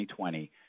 2020